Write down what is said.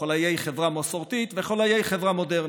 חוליי חברה מסורתית וחוליי חברה מודרנית.